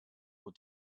will